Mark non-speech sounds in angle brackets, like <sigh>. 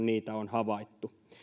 <unintelligible> niitä on havaittu